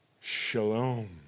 shalom